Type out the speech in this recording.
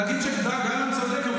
להגיד שגלנט צודק,